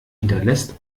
hinterlässt